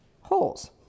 holes